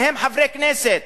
ביניהם חברי כנסת